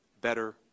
better